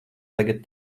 tagad